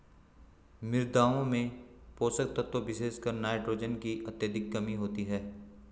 मृदाओं में पोषक तत्वों विशेषकर नाइट्रोजन की अत्यधिक कमी होती है